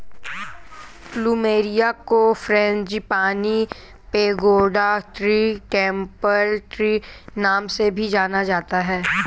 plumeria को frangipani, pagoda tree, temple tree नाम से भी जाना जाता है